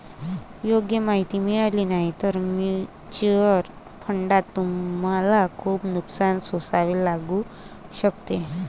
योग्य माहिती मिळाली नाही तर म्युच्युअल फंडात तुम्हाला खूप नुकसान सोसावे लागू शकते